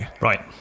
Right